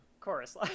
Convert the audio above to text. chorus